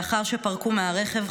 לאחר שפרקו מהרכב,